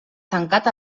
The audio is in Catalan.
tancat